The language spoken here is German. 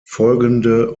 folgende